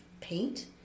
paint